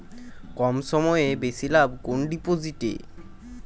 কম সময়ে বেশি লাভ কোন ডিপোজিটে?